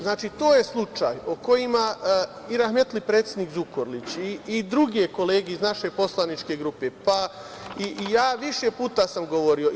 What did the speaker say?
Znači, to je slučaj o kojem su rahmetli predsednik Zukorlić i druge kolege iz naše poslaničke grupe, pa i ja sam, više puta govorili.